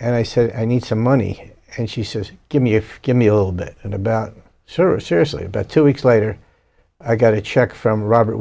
and i said i need some money and she says give me if give me a little bit about service seriously about two weeks later i got a check from robert